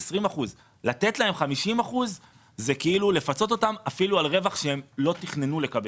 20%. לתת להם 50% זה לפצות אותם אפילו על רווח שהם לא תכננו לקבל,